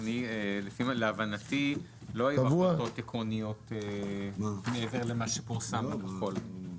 להבנתי לא היו החלטות עקרוניות מעבר למה שפורסם בכחול.